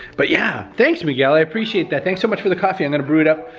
but yeah, thanks miguel, i appreciate that. thanks so much for the coffee. i'm gonna brew it up.